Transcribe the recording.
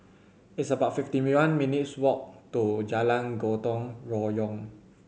it's about fifty minutes' walk to Jalan Gotong Royong